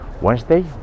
Wednesday